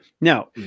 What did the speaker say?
Now